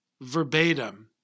verbatim